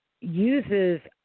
uses